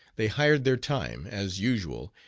they hired their time, as usual,